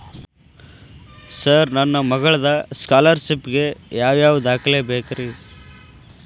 Sir ನನ್ನ ಮಗ್ಳದ scholarship ಗೇ ಯಾವ್ ಯಾವ ದಾಖಲೆ ಬೇಕ್ರಿ?